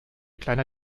kleiner